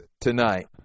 tonight